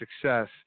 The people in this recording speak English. success